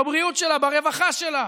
בבריאות שלה,